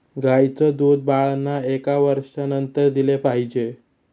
गाईचं दूध बाळांना एका वर्षानंतर दिले पाहिजे